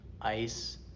ice